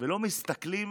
ולא מסתכלים